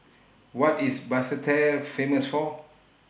What IS Basseterre Famous For